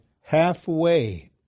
halfway